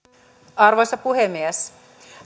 arvoisa puhemies